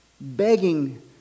begging